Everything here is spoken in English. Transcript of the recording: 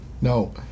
no